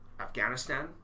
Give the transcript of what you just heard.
Afghanistan